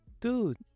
dude